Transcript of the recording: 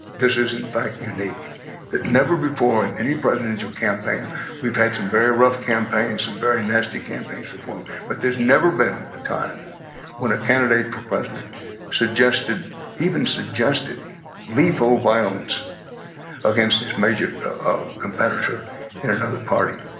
this is in fact unique that never before in any presidential campaign we've had some very rough campaigns and very nasty campaigns before but there's never been a time when a candidate for president suggested even suggested lethal violence against his major competitor in another party.